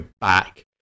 back